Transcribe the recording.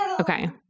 okay